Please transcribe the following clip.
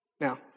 Now